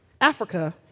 Africa